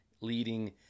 leading